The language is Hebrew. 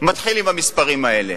מתחיל עם המספרים האלה.